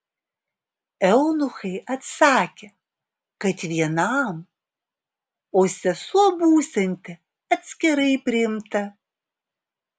eunuchai atsakė kad vienam o sesuo būsianti atskirai priimta